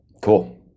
Cool